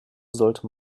sollte